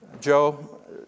Joe